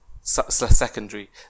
secondary